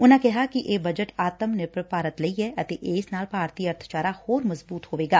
ਉਨਾਂ ਕਿਹਾ ਕਿ ਇਹ ਬਜਟ ਆਤਮ ਨਿਰਭਰ ਭਾਰਤ ਲਈ ਐ ਅਤੇ ਇਸ ਨਾਲ ਭਾਰਤੀ ਅਰਥਚਾਰਾ ਹੋਰ ਮਜਬੁਤ ਹੋਵੇਗਾ